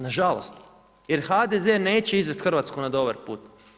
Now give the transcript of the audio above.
Nažalost, jer HDZ neće izvesti Hrvatsku na dobar put.